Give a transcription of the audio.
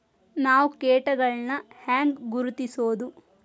ನಾವ್ ಕೇಟಗೊಳ್ನ ಹ್ಯಾಂಗ್ ಗುರುತಿಸೋದು?